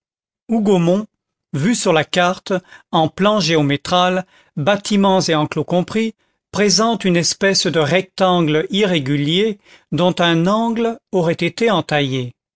hougomont vu sur la carte en plan géométral bâtiments et enclos compris présente une espèce de rectangle irrégulier dont un angle aurait été entaillé